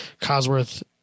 Cosworth